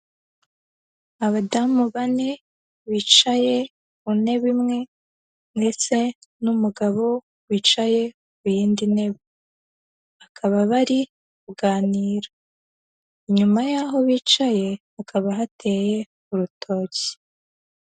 Abadamu bane bicaye ku ntebe imwe ndetse n'umugabo wicaye ku yindi ntebe. Bakaba bari kuganira. Inyuma y'aho bicaye hakaba hateye urutoki.